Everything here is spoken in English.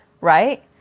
right